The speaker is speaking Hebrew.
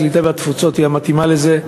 הקליטה והתפוצות היא המתאימה לזה.